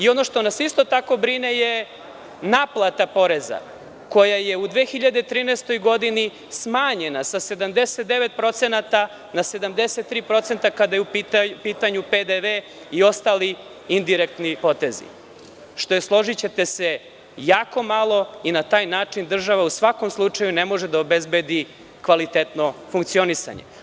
Ono što nas isto tako brine je naplata poreza koja je u 2013. godini smanjena sa 79% na 73% kada je u pitanju PDV i ostali indirektni potezi, što je složićete se jako malo i na taj način država u svakom slučaju ne može da obezbedi kvalitetno funkcionisanje.